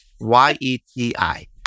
Y-E-T-I